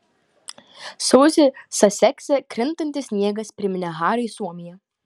sausį sasekse krintantis sniegas priminė hariui suomiją